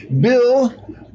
Bill